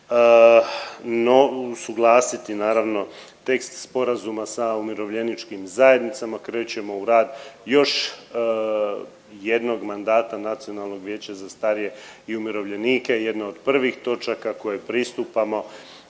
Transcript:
nov… usuglasiti naravno tekst sporazuma sa umirovljeničkim zajednicama, krećemo u rad još jednog mandata Nacionalnog vijeća za starije i umirovljenike. Jedna od prvih točaka kojoj pristupamo